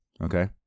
okay